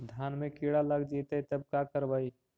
धान मे किड़ा लग जितै तब का करबइ?